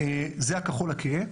זה הכחול הכהה.